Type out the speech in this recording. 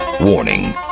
Warning